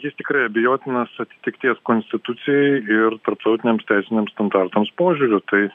jis tikrai abejotinas atitikties konstitucijai ir tarptautiniams teisiniams standartams požiūriu tai